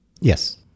Yes